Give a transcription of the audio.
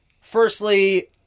firstly